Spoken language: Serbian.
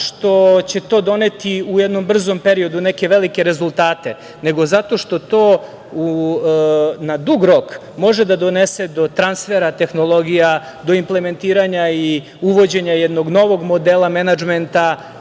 što će to doneti u jednom brzom periodu neke velike rezultate, nego zato što to na dug rok može da donese do transfera tehnologija, do implementiranja i uvođenja jednog novog modela menadžmenta,